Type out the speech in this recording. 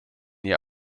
ihr